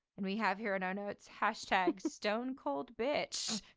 and we have here in our notes, hashtag stone cold bitch.